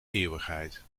eeuwigheid